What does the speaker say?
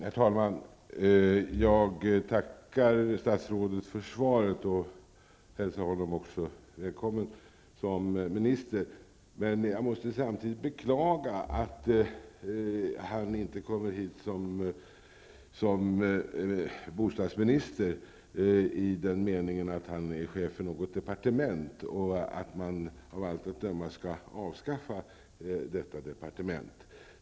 Herr talman! Jag tackar statsrådet för svaret och hälsar honom också välkommen som minister. Men jag måste samtidigt beklaga att han inte kommer hit som bostadsminister, i den meningen att han är chef för något departement, och att man av allt att döma skall avskaffa bostadsdepartementet.